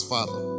Father